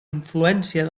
influència